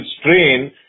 strain